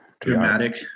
Dramatic